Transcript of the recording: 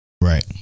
right